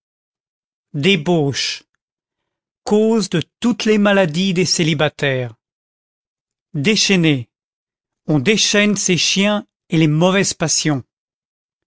débauche cause de toutes les maladies des célibataires déchaîner on déchaîne ses chiens et les mauvaises passions